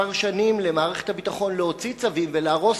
שנים למערכת הביטחון להוציא צווים ולהרוס,